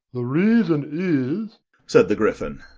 the reason is said the gryphon,